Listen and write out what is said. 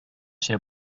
ser